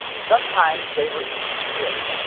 sometimes they were even killed.